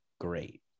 great